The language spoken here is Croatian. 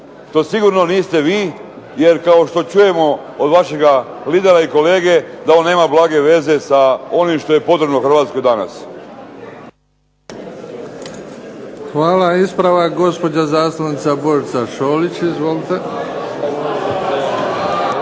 To sigurno niste vi, jer kao što čujemo od vašega lidera i kolege, da on nema blage veze sa onim što je potrebno Hrvatskoj danas. **Bebić, Luka (HDZ)** Hvala. Ispravak gospođa zastupnica Božica Šolić. Izvolite.